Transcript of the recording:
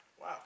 Wow